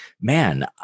man